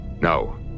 No